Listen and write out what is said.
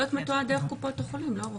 זה יכול להיות מתועד דרך קופות החולים, לא?